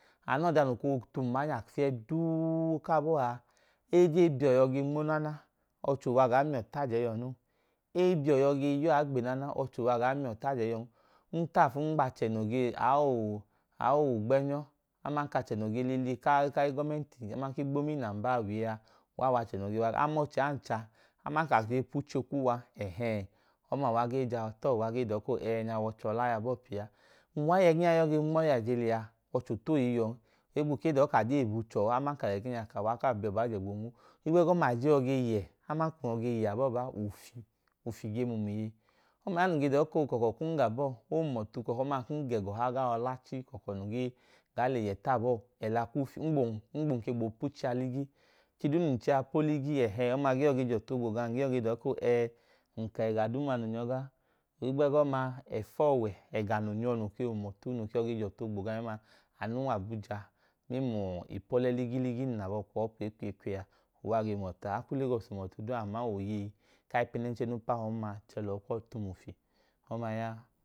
Anọọda noo koo tum anya fiẹduu kaa bọọ a, eje biọ yọ ge nmo naana ọchowa gaa miọ taajẹ iyọ no eebiọ yọ ge yọọ gbe nana ọchọwagaamio taaje yọ no nta’fun ngba che no ge aao aaogbenyo aman kachẹ no ge lili kai ka’igọmẹnti aman k’igbomina mbaa wiye a, uwaa wachẹ no g wa amọọchẹ anchạ aman ka ke p’uche kuwa ẹhẹẹ ọma uwage jahọ tọọ uwa ge dọọ ẹ enya w’achọ la yọbọọ pii a. Nwaa yẹ ẹgẹnya ne yọ ge nm’ọyi a ije lẹya ọchotohiiyon hegbe edọọ kaje ibu chọọ aman ka lẹgẹnya ka uwa kaa bio̱ baajẹ gboonmo. Higbẹgọma a je yọ ge ye aman kun yọ ye abọọ baa, ufi ufi ge mum iye. Omaya nun ge dọọ ko kọkọ kum ga bọọ ohun otu kọkọ ma kun ge goha ga hoyo l’achi kọkọ nun ge gaa l’eyẹ taabo. Ẹla k’ufi ngbun ugbun ke gboo p’uchẹ a ligi, ẹchi duu nun chẹa poligi ẹ ẹhẹẹ ọma ge yọ ge j’otu ogbo gam nge yọ ge dọọ koo ẹẹ nka ẹga duuma nun nyọga. Ohigbe goma ẹfọọwẹ ẹga nun nyọ no k humọtu no ke yọ ge j’ọtu ogbo gamma anu w’abujaa mẹmluu ipole ligi ligi nun l’abo kwọọ kwẹẹ kwẹẹ kwẹẹ uwaa ge hum otu a a ku lagọs hum otu duu on aman oyei kai pẹnẹnchẹ no p’aho nma chẹlọọ kwoi tum ufi, ọmaya.